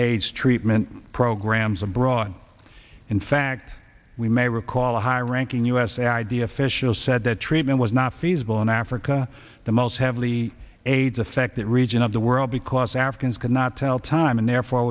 aids treatment programs abroad in fact we may recall a high ranking usa idea official said that treatment was not feasible in africa the most heavily aids affect that region of the world because africans could not tell time and therefore